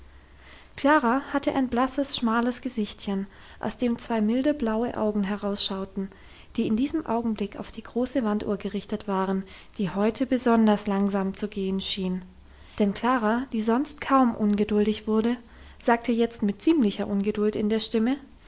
klara hatte ein blasses schmales gesichtchen aus dem zwei milde blaue augen herausschauten die in diesem augenblick auf die große wanduhr gerichtet waren die heute besonders langsam zu gehen schien denn klara die sonst kaum ungeduldig wurde sagte jetzt mit ziemlicher ungeduld in der stimme